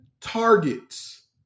targets